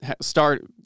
start